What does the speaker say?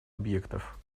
объектов